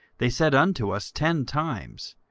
they said unto us ten times,